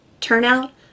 turnout